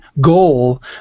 goal